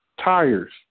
tires